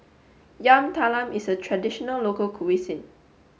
Yam Talam is a traditional local cuisine